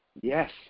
Yes